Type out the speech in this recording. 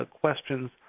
questions